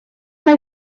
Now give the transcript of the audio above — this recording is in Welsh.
mae